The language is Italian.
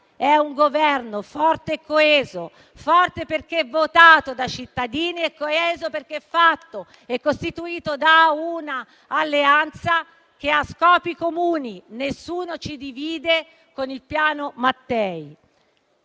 ancora - è forte e coeso: forte perché votato dai cittadini e coeso perché è costituito da un'alleanza che ha scopi comuni (nessuno ci divide con il Piano Mattei)